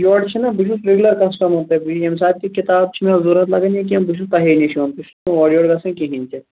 یورٕ چھِناہ بہٕ چھُس ریگیوٗلَر کسٹٕمر تہٕ بیٚیہِ یِیٚمہِ ساتہٕ تہِ کِتابہِ چھِ مےٚ ضروٗرت لگان یا کیٚنٛہہ بہٕ چھُس تۄہے نِش یوان بہٕ چھُس نہٕ اورٕ یورٕ گژھان کِہیٖنٛۍ تہِ